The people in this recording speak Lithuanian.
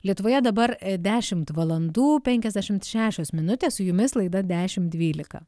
lietuvoje dabar dešimt valandų penkiasdešimt šešios minutės su jumis laida dešimt dvylika